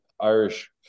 Irish